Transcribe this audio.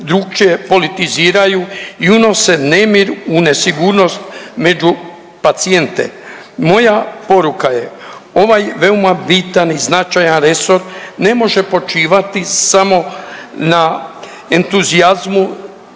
drukčije politiziraju i unose nemir u nesigurnost među pacijente. Moja poruka je, ovaj veoma bitan i značajan resor ne može počivati samo na entuzijazmu